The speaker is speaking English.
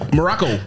Morocco